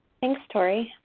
thanks, tori.